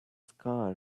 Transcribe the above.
scar